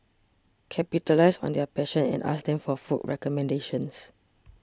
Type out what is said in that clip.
capitalise on their passion and ask them for food recommendations